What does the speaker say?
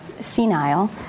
senile